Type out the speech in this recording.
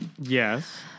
Yes